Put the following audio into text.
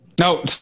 No